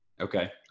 Okay